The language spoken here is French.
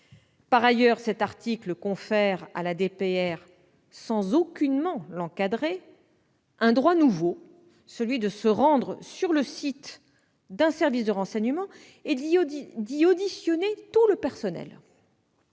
Par ailleurs, cet article confère à la DPR, sans aucunement l'encadrer, un droit nouveau : celui de se rendre sur le site d'un service de renseignement et d'y auditionner tout le personnel.